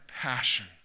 passion